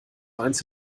eins